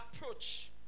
approach